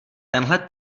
tenhle